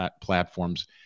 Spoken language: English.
platforms